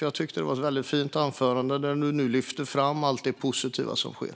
Jag tyckte att det var ett väldigt fint anförande där du lyfte fram allt det positiva som sker.